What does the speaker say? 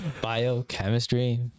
Biochemistry